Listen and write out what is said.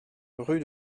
rue